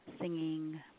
singing